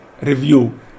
review